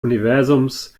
universums